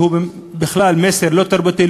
שהוא בכלל מסר לא תרבותי,